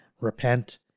repent